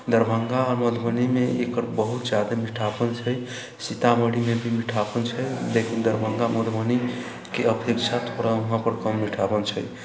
दरभंगा आ मधुबनी मे एकर बहुत जादा मीठापन छै सीतामढ़ी मे भी मीठापन छै लेकिन दरभंगा मधुबनीके अपेक्षा वहाँ पर कम मीठापन छै